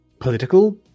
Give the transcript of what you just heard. political